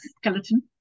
skeleton